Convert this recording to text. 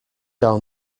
down